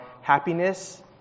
happiness